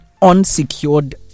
unsecured